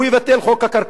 הוא יבטל את חוק הקרקעות,